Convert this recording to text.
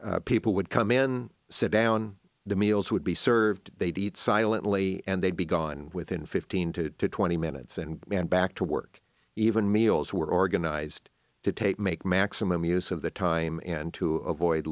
people would come in sit down the meals would be served they'd eat silently and they'd be gone within fifteen to twenty minutes and and back to work even meals were organized to take make maximum use of the time and to avoid